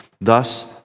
Thus